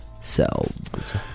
selves